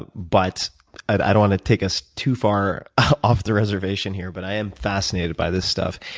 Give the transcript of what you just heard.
but but i don't want to take us too far off the reservation here. but i am fascinated by this stuff.